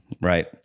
Right